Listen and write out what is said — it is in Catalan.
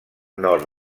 nord